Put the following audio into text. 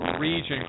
region